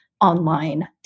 online